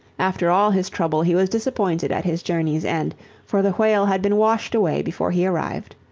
after all his trouble he was disappointed at his journey's end for the whale had been washed away before he arrived.